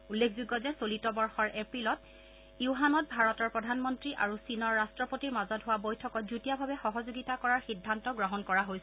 উল্লেখযোগ্য যে চলিত বৰ্যৰ এপ্ৰিলত য়ুহানত ভাৰতৰ প্ৰধানমন্ত্ৰী আৰু চীনৰ ৰট্টপতিৰ মাজত হোৱা বৈঠকত যুটীয়াভাৱে সহযোগিতা কৰাৰ সিদ্ধান্ত গ্ৰহণ কৰা হৈছিল